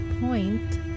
point